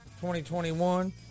2021